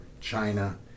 China